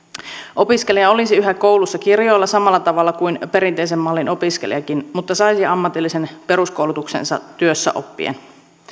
opiskelija olisi yhä koulussa kirjoilla samalla tavalla kuin perinteisen mallin opiskelijakin mutta saisi ammatillisen peruskoulutuksensa työssä oppien